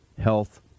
health